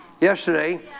Yesterday